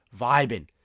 vibing